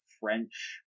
french